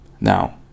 Now